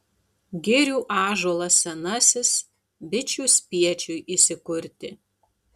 girių ąžuolas senasis bičių spiečiui įsikurti